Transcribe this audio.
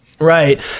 Right